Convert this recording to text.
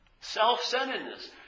Self-centeredness